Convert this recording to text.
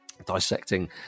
dissecting